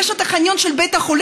יש לו את החניון של בית החולים.